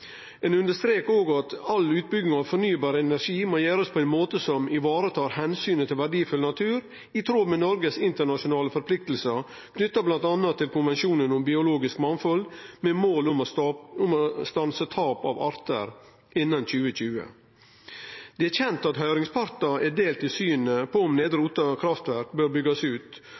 Ein understrekar også at all utbygging av fornybar energi må gjerast på ein måte som varetar omsynet til verdifull natur, i tråd med Noregs internasjonale forpliktingar knytte bl.a. til konvensjonen om biologisk mangfald, med mål om å stanse tap av arter innan 2020. Det er kjent at høyringspartane er delte i synet på om Nedre Otta kraftverk bør byggjast ut.